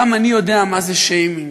גם אני יודע מה זה שיימינג.